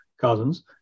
cousins